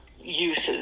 uses